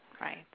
Right